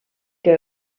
que